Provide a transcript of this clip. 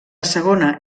segona